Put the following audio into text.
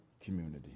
community